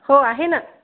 हो आहे ना